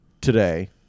today